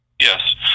Yes